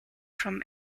from